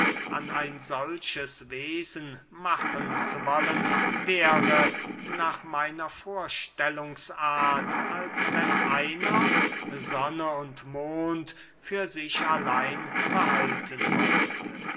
an ein solches wesen machen zu wollen wäre nach meiner vorstellungsart als wenn einer sonne und mond für sich allein behalten wollte